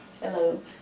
Hello